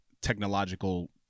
technological